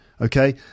Okay